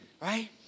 right